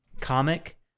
comic